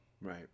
Right